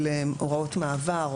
בהוראות מעבר,